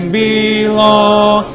belong